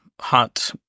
hot